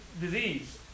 disease